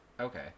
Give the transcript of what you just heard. Okay